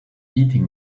eating